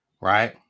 right